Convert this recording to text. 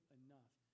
enough